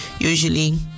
usually